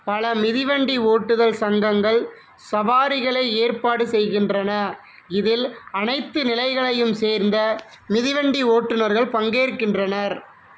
பல மிதிவண்டி ஓட்டுதல் சங்கங்கள் சவாரிகளை ஏற்பாடு செய்கின்றன இதில் அனைத்து நிலைகளையும் சேர்ந்த மிதிவண்டி ஓட்டுநர்கள் பங்கேற்கின்றனர்